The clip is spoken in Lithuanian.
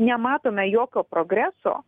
nematome jokio progreso